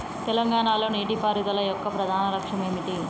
తెలంగాణ లో నీటిపారుదల యొక్క ప్రధాన లక్ష్యం ఏమిటి?